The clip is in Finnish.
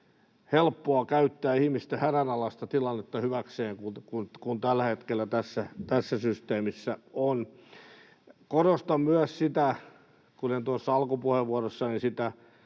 helppoa käyttää ihmisten hädänalaista tilannetta hyväksi kuin tällä hetkellä tässä systeemissä on. Korostan myös sitä, kun en tuossa alkupuheenvuorossani